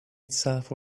itself